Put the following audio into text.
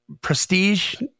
prestige